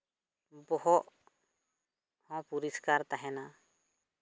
ᱵᱚᱦᱚᱜ ᱦᱚᱸ ᱯᱚᱨᱤᱥᱠᱟᱨ ᱛᱟᱦᱮᱱᱟ